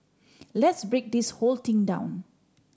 let's break this whole thing down